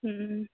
ꯎꯝ